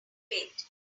wait